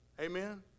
Amen